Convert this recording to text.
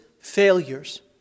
failures